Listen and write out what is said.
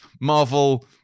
marvel